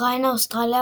מאוקיאניה – אוסטרליה,